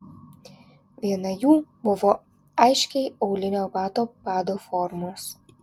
viena jų buvo aiškiai aulinio bato pado formos